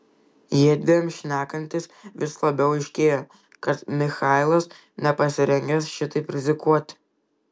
jiedviem šnekantis vis labiau aiškėjo kad michailas nepasirengęs šitaip rizikuoti